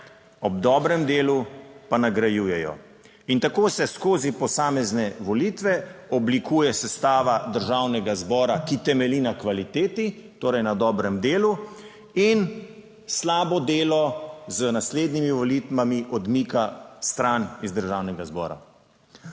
ob dobrem delu pa nagrajujejo. In tako se skozi posamezne volitve oblikuje sestava Državnega zbora, ki temelji na kvaliteti, torej na dobrem delu in slabo delo z naslednjimi volitvami odmika stran iz državnega zbora.